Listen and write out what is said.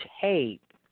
tape